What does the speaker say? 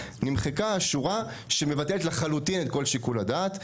נמחקה השורה שמבטלת לחלוטין את כל שיקול הדעת.